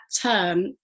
term